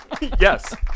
yes